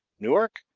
newark,